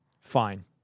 fine